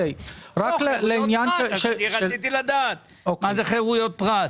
אני רק רציתי לדעת מה זה חירויות פרט.